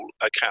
account